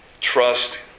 trust